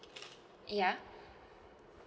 yeah